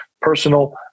personal